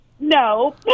No